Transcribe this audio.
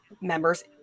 members